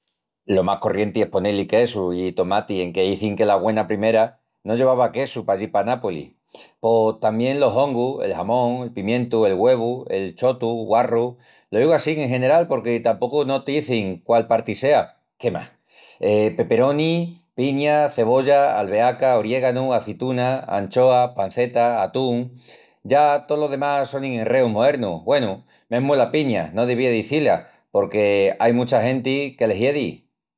Lo más corrienti es poné-li quesu i tomati enque izin que la güena primera no llevava quesu pallí pa Nápoli. Pos tamién los hongus, el jamón, el pimientu, el güevu, el chotu, guarru, lo igu assín en general porque tapocu no t'izin quál parti sea. Qué más? Pepperoni, piña, cebolla, albeaca, oriéganu, azitunas, anchoas, panceta, atún. Ya tolo demás sonin enreus moernus, güenu, mesmu la piña no devía d'izí-la porque ai mucha genti que le hiedi.